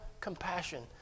compassion